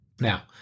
Now